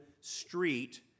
street